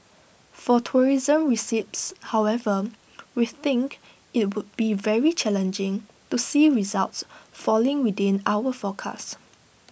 for tourism receipts however we think IT would be very challenging to see results falling within our forecast